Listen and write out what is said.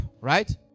right